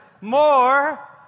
more